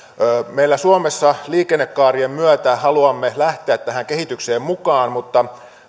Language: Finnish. meillä suomessa liikennekaarien myötä haluamme lähteä tähän kehitykseen mukaan mutta